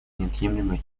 неотъемлемой